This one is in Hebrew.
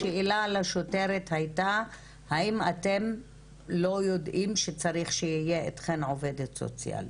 השאלה לשוטרת הייתה האם אתם לא יודעים שצריך שתהיה אתכן עובדת סוציאלית?